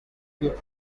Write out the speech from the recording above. gift